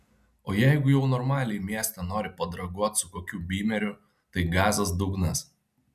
o jeigu jau normaliai mieste nori padraguot su kokiu bymeriu tai gazas dugnas